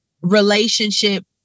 relationship